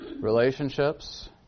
Relationships